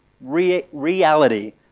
Reality